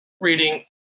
reading